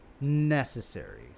necessary